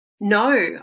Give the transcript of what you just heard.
No